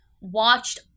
watched